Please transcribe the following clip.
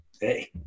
Hey